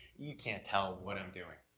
you can't tell what i'm doing,